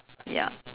ya